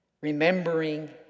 Remembering